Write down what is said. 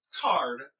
card